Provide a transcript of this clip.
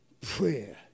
prayer